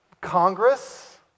Congress